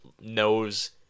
knows